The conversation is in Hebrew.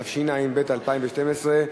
התשע"ב 2012,